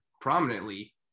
prominently